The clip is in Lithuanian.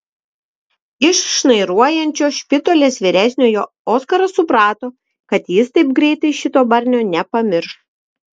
iš šnairuojančio špitolės vyresniojo oskaras suprato kad jis taip greitai šito barnio nepamirš